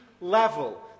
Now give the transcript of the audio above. level